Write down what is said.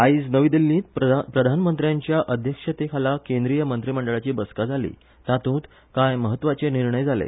काल नवी दिल्लींत प्रधानमंत्र्याच्या अध्यक्षताये खाला केंद्रीय मंत्रीमंडळाची बसका जाली तातूंत कांय म्हत्वाचे निर्णय घेतले